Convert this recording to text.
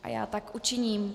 A já tak učiním.